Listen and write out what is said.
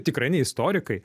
tikrai ne istorikai